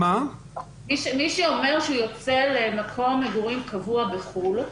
אזרח ישראלי שאומר שהוא יוצא למקום מגורים קבוע בחו"ל,